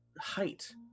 height